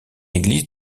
église